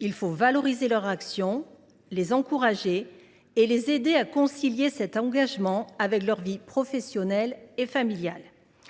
Il faut valoriser leur action, les encourager, et les aider à concilier cet engagement avec leur vie professionnelle et familiale.